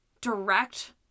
direct